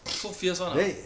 so fierce [one] ah